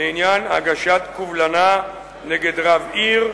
לעניין הגשת קובלנה נגד רב עיר,